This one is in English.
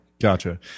Gotcha